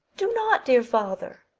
do not, dear father.